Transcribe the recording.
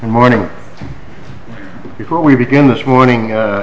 morning before we begin this morning